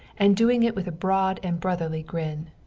and doing it with a broad and brotherly grin.